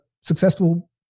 successful